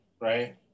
right